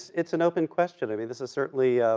it's an open question, i mean, this is certainly,